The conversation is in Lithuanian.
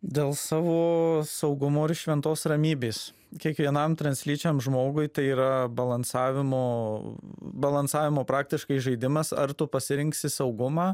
dėl savo saugumo ir šventos ramybės kiekvienam translyčiam žmogui tai yra balansavimo balansavimo praktiškai žaidimas ar tu pasirinksi saugumą